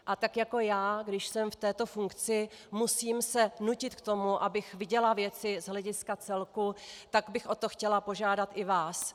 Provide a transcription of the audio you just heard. A tak jako já, když jsem v této funkci, musím se nutit k tomu, abych viděla věci z hlediska celku, tak bych o to chtěla požádat i vás.